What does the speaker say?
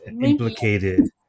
Implicated